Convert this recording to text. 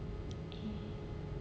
eh